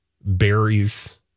berries